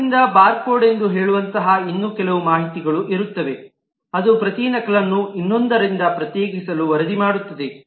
ಆದ್ದರಿಂದ ಬಾರ್ಕೋಡ್ ಎಂದು ಹೇಳುವಂತಹ ಇನ್ನೂ ಕೆಲವು ಮಾಹಿತಿಗಳು ಇರುತ್ತವೆ ಅದು ಪ್ರತಿ ನಕಲನ್ನು ಇನ್ನೊಂದರಿಂದ ಪ್ರತ್ಯೇಕಿಸಲು ವರದಿ ಮಾಡುತ್ತದೆ